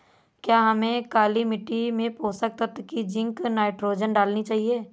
क्या हमें काली मिट्टी में पोषक तत्व की जिंक नाइट्रोजन डालनी चाहिए?